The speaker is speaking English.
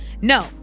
No